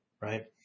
right